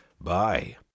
bye